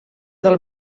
del